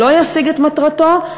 לא ישיג את מטרתו,